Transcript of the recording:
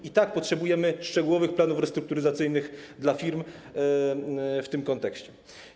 I tak potrzebujemy szczegółowych planów restrukturyzacyjnych dla firm w tym kontekście.